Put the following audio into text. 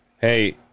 Hey